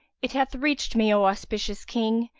it hath reached me, o auspicious king,